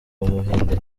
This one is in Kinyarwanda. w’umuhinde